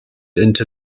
into